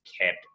kept